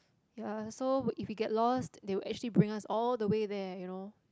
ya so if you get lost they will actually bring us all the way there you know